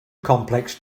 complex